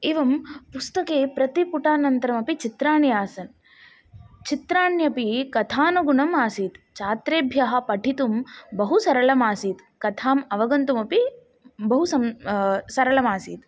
एवं पुस्तके प्रति पुटानन्तरमपि चित्राणि आसन् चित्राण्यपि कथानुगुणम् आसीत् छात्रेभ्यः पठितुं बहुसरलम् आसीत् कथाम् अवगन्तुमपि बहु स सरलमासीत्